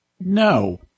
No